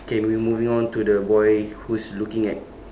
okay we moving on to the boy who is looking at